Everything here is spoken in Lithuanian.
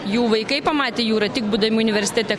jų vaikai pamatė jūrą tik būdami universitete